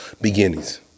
beginnings